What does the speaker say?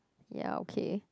ya okay